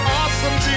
awesome